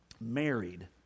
married